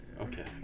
Okay